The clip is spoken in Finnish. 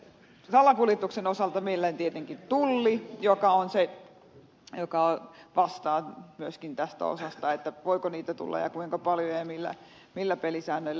salakuljetuksen osalta meillä on tietenkin tulli joka on se joka vastaa myöskin tästä osasta että voiko niitä tulla ja kuinka paljon ja millä pelisäännöillä